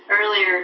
earlier